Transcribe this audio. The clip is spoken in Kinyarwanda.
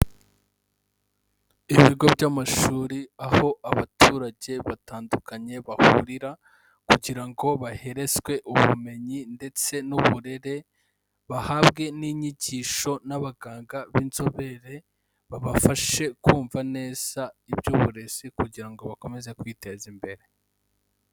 Ibigo by'amashuri aho abaturage batandukanye bahurira kugira ngo baherezwe ubumenyi ndetse n'uburere, bahabwe n'inyigisho n'abaganga b'inzobere babafashe kumva neza iby'uburezi kugira ngo bakomeze kwiteza imbere.